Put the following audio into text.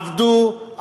עבדו,